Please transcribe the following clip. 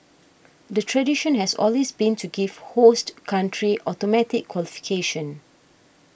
the tradition has always been to give host country automatic qualification